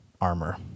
armor